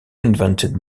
invented